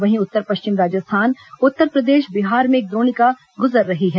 वहीं उत्तर पश्चिम राजस्थान उत्तरप्रदेश बिहार में एक द्रोणिका गुजर रही है